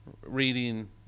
reading